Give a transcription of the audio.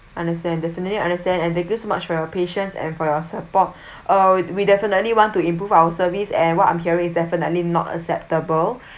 understand definitely understand and thank you so much for your patience and for your support uh we definitely want to improve our service and what I'm hearing is definitely not acceptable